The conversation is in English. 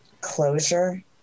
closure